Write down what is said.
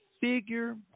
figure